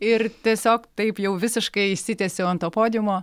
ir tiesiog taip jau visiškai išsitiesiau ant to podiumo